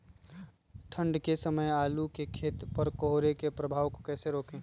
ठंढ के समय आलू के खेत पर कोहरे के प्रभाव को कैसे रोके?